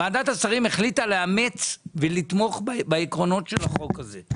ועדת השרים החליטה לאמץ ולתמוך בעקרונות של החוק הזה,